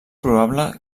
probable